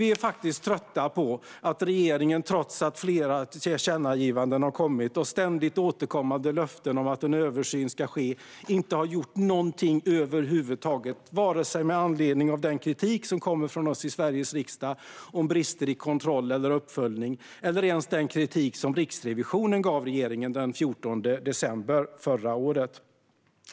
Vi är faktiskt trötta på att regeringen, trots flera tillkännagivanden från riksdagen och ständigt återkommande löften om att en översyn ska ske, inte har gjort något över huvud taget, vare sig med anledning av den kritik som kommit från oss i Sveriges riksdag om brister i kontroll och uppföljning eller ens med anledning av den kritik som Riksrevisionen gav regeringen den 14 december förra året.